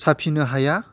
साफिनो हाया